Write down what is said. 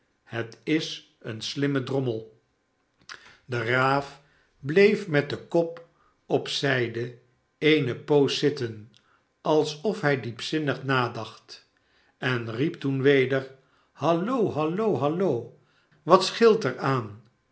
het is een slimme drommel de raaf bleef met den kop op zijde eene poos zitten alsof hij diepzinnig nadacht en riep toen weder hallo hallo hallo wat scheelt er aan